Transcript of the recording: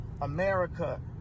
America